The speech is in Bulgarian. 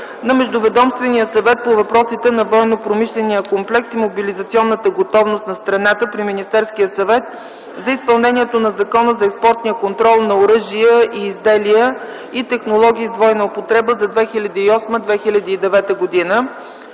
на Междуведомствения съвет по въпросите на военнопромишления комплекс и мобилизационната готовност на страната при Министерския съвет за изпълнението на Закона за експортния контрол на оръжия и изделия и технологии с двойна употреба за 2008-2009 г.